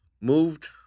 moved